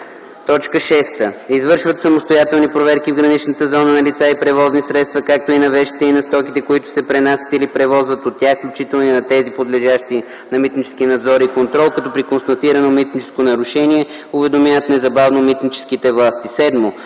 т. 6: „6. извършват самостоятелно проверки в граничната зона на лица и превозни средства, както и на вещите и на стоките, които се пренасят или превозват от тях, включително и на тези, подлежащи на митнически надзор и контрол, като при констатирано митническо нарушение уведомяват незабавно митническите власти;”.